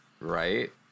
right